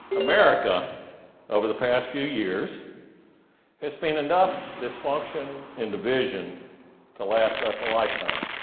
america over the past few years has seen enough dysfunction and division to last us a lifetime.